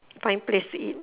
find place to eat